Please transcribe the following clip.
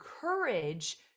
courage